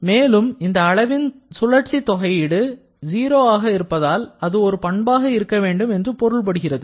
மேலும் இந்த அளவின் சுழற்சி தொகையீடு 0 ஆக இருப்பதால் அது ஒரு பண்பாக இருக்க வேண்டும் என்று பொருள்படுகிறது